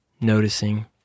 noticing